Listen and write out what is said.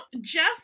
Jeff